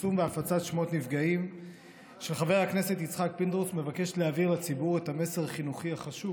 יצחק פינדרוס מבקשת להעביר לציבור את המסר החינוכי החשוב